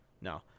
no